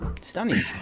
stunning